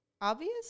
obvious